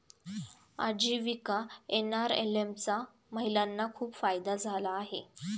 आजीविका एन.आर.एल.एम चा महिलांना खूप फायदा झाला आहे